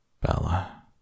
Bella